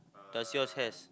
does yours has